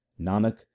nanak